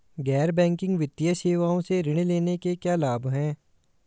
गैर बैंकिंग वित्तीय सेवाओं से ऋण लेने के क्या लाभ हैं?